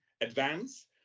advance